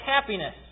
happiness